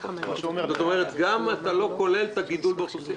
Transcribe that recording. כלומר גם אתה לא כולל את הגידול באוכלוסייה.